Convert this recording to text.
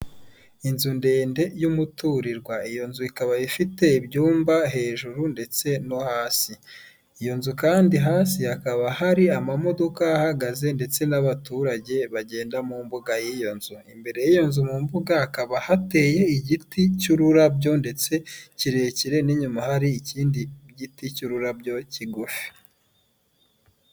Inzu ndende y'umuturirwa iyo nzu ikaba ifite ibyumba hejuru ndetse no hasi iyo nzu kandi hasi hakaba hari amamodoka ahagaze ndetse n'abaturage bagenda mu mbuga y'iyo nzu , imbere y'iyo nzu mu mbuga hakaba hateye igiti cy'ururabyo ndetse kirekire n'inyuma hari ikindi giti cy'ururabyo kigufi